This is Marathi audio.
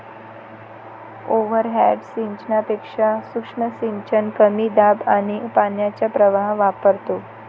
ओव्हरहेड सिंचनापेक्षा सूक्ष्म सिंचन कमी दाब आणि पाण्याचा प्रवाह वापरतो